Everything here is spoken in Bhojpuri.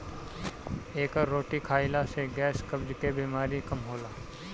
एकर रोटी खाईला से गैस, कब्ज के बेमारी कम होला